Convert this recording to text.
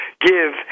give